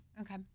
Okay